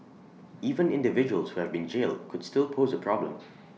even individuals who have been jailed could still pose A problem